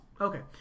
Okay